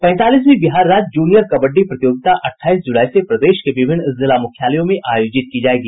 पैंतालीसवीं बिहार राज्य जूनियर कबड्डी प्रतियोगिता अठाईस जुलाई से प्रदेश के विभिन्न जिला मुख्यालयों में आयोजित की जायेगी